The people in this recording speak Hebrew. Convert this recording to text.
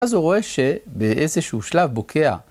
אז הוא רואה שבאיזשהו שלב בוקע.